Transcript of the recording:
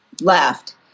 left